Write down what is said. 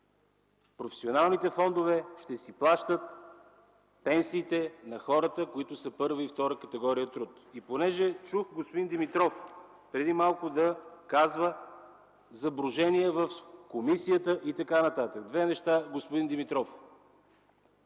професионалните фондове ще си плащат пенсиите на хората, които са първа и втора категория труд. И понеже чух преди малко господин Димитров да казва за брожения в комисията и т.н., две неща, господин Димитров